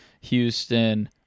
Houston